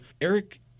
Eric